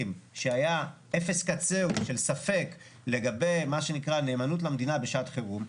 שהיה אפס קצהו של ספק לגבי מה שנקרא נאמנות למדינה בשעת חירום,